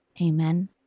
amen